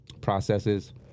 processes